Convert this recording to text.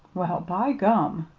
well, by gum!